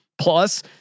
Plus